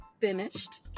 finished